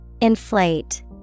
Inflate